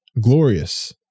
glorious